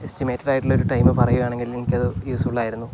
estimated ആയിട്ടുള്ള ഒരു time പറയുവാണെങ്കിൽ എനിക്കത് യൂസ് ഫുള്ളായിരുന്നു